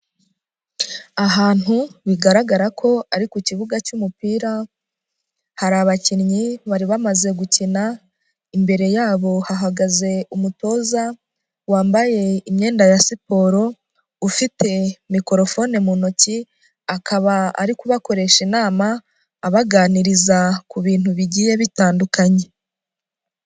Ahantu bigaragara ko ari ku kibuga cy'umupira, hari abakinnyi bari bamaze gukina imbere yabo hahagaze umutoza wambaye imyenda ya siporo, ufite mikorofone mu ntoki, akaba ari kubakoresha inama abaganiriza ku bintu bigiye bitandukanye.